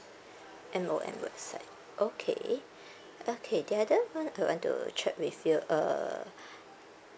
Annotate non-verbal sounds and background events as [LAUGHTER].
M_O_M website okay [BREATH] okay the other one I want to check with you uh [BREATH]